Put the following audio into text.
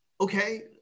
okay